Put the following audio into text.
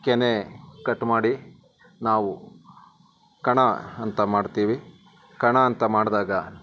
ಕೆನೆ ಕಟ್ ಮಾಡಿ ನಾವು ಕಣ ಅಂತ ಮಾಡ್ತೀವಿ ಕಣ ಅಂತ ಮಾಡಿದಾಗ